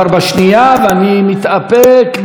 ואני מתאפק מעל,